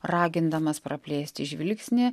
ragindamas praplėsti žvilgsnį